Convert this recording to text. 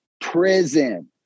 prison